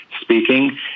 speaking